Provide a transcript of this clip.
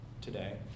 today